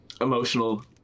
emotional